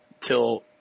till